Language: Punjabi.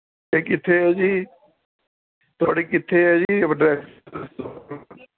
ਇਹ ਕਿੱਥੇ ਹੈ ਜੀ ਤੁਹਾਡੀ ਕਿੱਥੇ ਹੈ ਜੀ